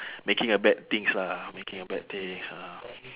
making a bad things lah making a bad things ah